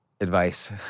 advice